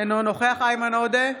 אינו נוכח איימן עודה,